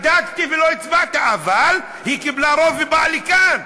בדקתי, ולא הצבעת, אבל היא קיבלה רוב ובאה לכאן.